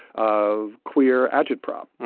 of queer agitprop.